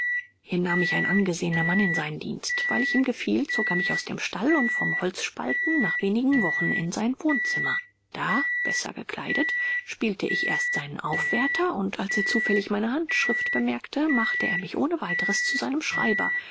hier nahm mich ein angesehener mann in seinen dienst weil ich ihm gefiel zog er mich aus dem stall und vom holzspalten nach wenigen wochen in sein wohnzimmer da besser gekleidet spielte ich erst seinen aufwärter und als er zufällig meine handschrift bemerkte machte er mich ohne weiteres zu seinem schreiber